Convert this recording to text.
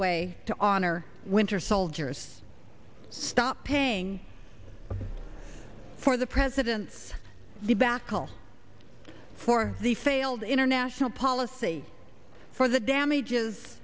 way to honor winter soldiers stop paying for the president's the back will for the failed international policy for the damages